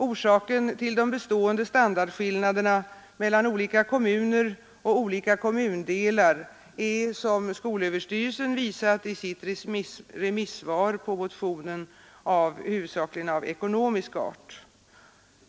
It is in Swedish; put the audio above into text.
Orsaken till de bestående standardskillnaderna mellan olika kommuner och olika kommundelar är, som skolöverstyrelsen visat i sitt remissvar, huvudsakligen av ekonomisk art.